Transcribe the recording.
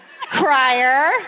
Crier